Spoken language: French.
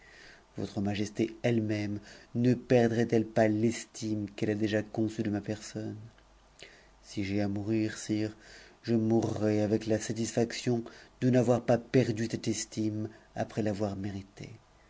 votre majesté elle-même ne perdrait ehepas l'estime qu'elle a déjà conçue de ma personne si j'ai à mourir sire je mourrai avec la satisfaction de n'avoir pas perdu cette estime après l'avoir méritée